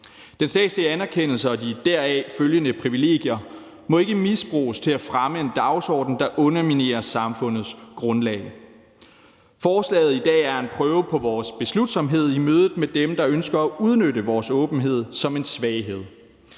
Den statslige anerkendelse og de deraf følgende privilegier må ikke misbruges til at fremme en dagsorden, der underminerer samfundets grundlag. Forslaget i dag er en prøve på vores beslutsomhed i mødet med dem, der ønsker at udnytte vores åbenhed som en svaghed.